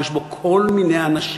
יש בו כל מיני אנשים.